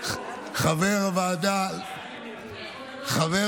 לקריאה שנייה ושלישית את הצעת חוק